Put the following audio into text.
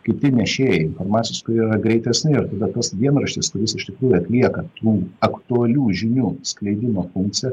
kiti nešėjai informacijos kurie yra greitesni ir tada tas dienraštis kuris iš tikrųjų atlieka tų aktualių žinių skleidimo funkciją